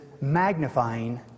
magnifying